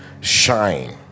Shine